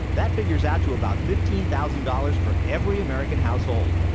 that figures out to about fifteen thousand dollars for every american household.